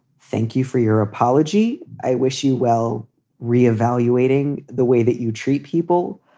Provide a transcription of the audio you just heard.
thank you for your apology. i wish you well re-evaluating the way that you treat people.